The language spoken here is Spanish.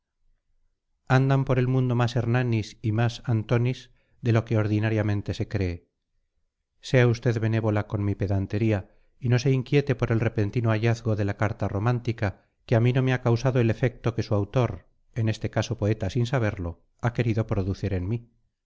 andan por el mundo más hernanis y más antonys de lo que ordinariamente se cree sea usted benévola con mi pedantería y no se inquiete por el repentino hallazgo de la carta romántica que a mí no me ha causado el efecto que su autor en este caso poeta sin saberlo ha querido producir en mí